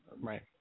right